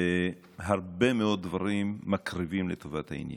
והרבה מאוד דברים מקריבים לטובת העניין.